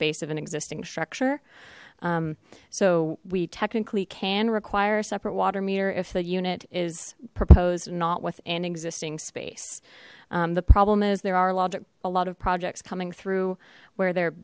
space of an existing structure so we technically can require a separate water meter if the unit is proposed not with an existing space the problem is there are a lot a lot of projects coming through where they're